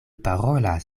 parolas